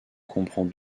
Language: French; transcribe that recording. comprend